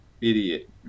Idiot